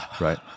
right